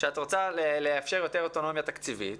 שאת רוצה לאפשר יותר אוטונומיה תקציבית